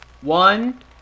One